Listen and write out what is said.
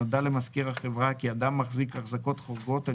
נודע למזכיר החברה כי אדם מחזיק החזקות חורגות או